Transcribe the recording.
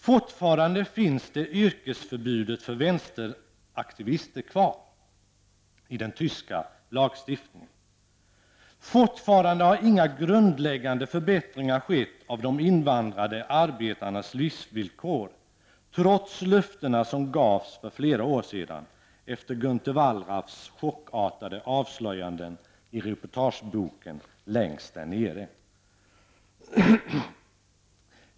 Fortfarande finns yrkesförbudet för vänsteraktivister kvar i den tyska lagstiftningen. Fortfarande har inga grundläggande förbättringar skett av de invandrade arbetarnas livsvillkor, trots löftena som gavs för flera år sedan, efter Günter Wallraffs chockartade avslöjanden i reportageboken Längst där nere.